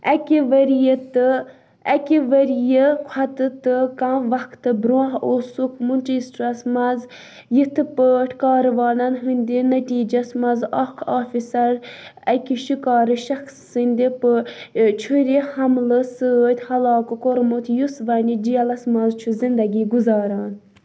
اَکہِ ؤریہِ تہٕ اَکہِ ؤریہِ کھۄتہٕ تہٕ کَم وقتہٕ برٛونٛہہ اوسُکھ مانچسٹرَس منٛز یِتھٕ پٲٹھۍ کاروانَن ہٕنٛدِ نٔتیٖجَس منٛز اکھ آفیسَر اَکہِ شِکارٕ شخصہٕ سٕنٛدِ پٲ چھُرِ حملہٕ سۭتۍ ہلاک کوٚرمُت یُس وۅنہِ جیلَس منٛز چھُ زِنٛدٕگی گُزاران